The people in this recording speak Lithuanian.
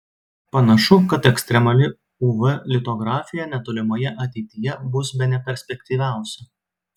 panašu kad ekstremali uv litografija netolimoje ateityje bus bene perspektyviausia